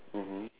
mmhmm